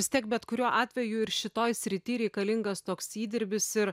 vis tiek bet kuriuo atveju ir šitoj srity reikalingas toks įdirbis ir